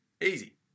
easy